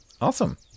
Awesome